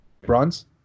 Bronze